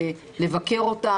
לבקר אותם.